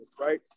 right